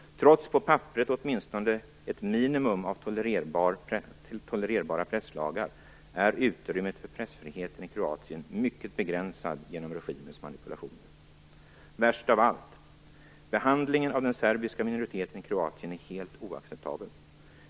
Trots ett minimum av tolererbara presslagar, åtminstone på papperet, är utrymmet för pressfrihet i Kroatien mycket begränsad genom regimens manipulationer. Värst av allt är den helt oacceptabla behandlingen av den serbiska minoriteten i Kroatien.